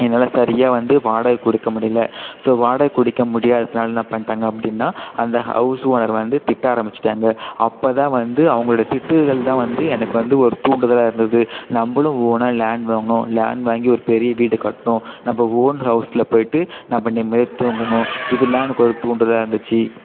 என்னால் சரியாக வந்து வாடகை கொடுக்க முடியல ஸோ வாடகை குடிக்க முடியாதுதனால என்ன பண்ணிட்டாங்க அப்படின்னா அந்த ஹௌஸ் ஓனர் வந்து திட்ட ஆரமிச்சிட்டாங்க அப்போ தான் வந்து அவங்களோடய திட்டுகள் தான் வந்து எனக்கு வந்து ஒரு தூண்டுதலாக இருந்தது நம்மளும் ஓனாக லேண்ட் வாங்கணும் லேண்ட் வாங்கி ஒரு பெரிய வீடு கட்டணும் நம்ம ஓன் ஹௌஸில் போயிட்டு நம்ம நிம்மதியாக தூங்கணும் இதெலாம் எனக்கு ஒரு தூண்டுதலாக இருந்துச்சு